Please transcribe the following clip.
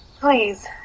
Please